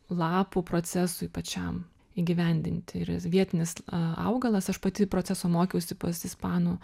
lapų procesui pačiam įgyvendinti ir jis vietinis a augalas aš pati proceso mokiausi pas ispanų